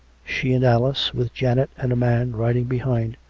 she and alice, with janet and a man riding behind,